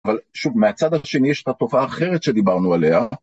אבל שוב, מהצד השני יש את התופעה האחרת שדיברנו עליה.